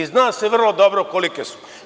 Zna se vrlo dobro kolike su.